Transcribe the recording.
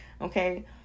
okay